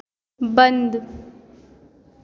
बंद